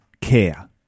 care